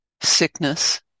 sickness